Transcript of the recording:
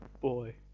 boy